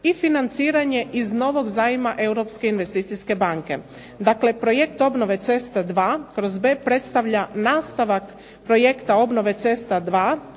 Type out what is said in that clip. i financiranje iz novog zajma Europske investicijske banke. Dakle projekt obnove cesta dva kroz B, predstavlja nastavak projekta obnove cesta